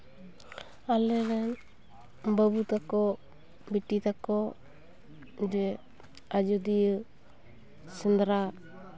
ᱟᱞᱮᱨᱮᱱ ᱵᱟᱹᱵᱩ ᱛᱟᱠᱚ ᱵᱤᱴᱤ ᱛᱟᱠᱚ ᱡᱮ ᱟᱡᱳᱫᱤᱭᱟᱹ ᱥᱮᱸᱫᱽᱨᱟ